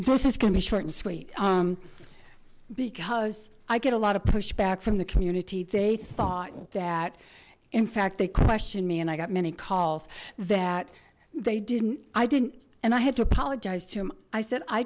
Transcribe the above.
this is gonna be short and sweet because i get a lot of pushback from the community they thought that in fact they questioned me and i got many calls that they didn't i didn't and i had to apologize to him i said i